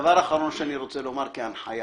דבר אחרון שאני רוצה לומר כהנחיה,